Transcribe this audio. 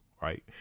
Right